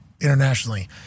internationally